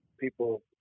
people